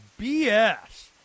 BS